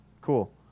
Cool